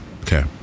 Okay